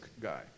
guy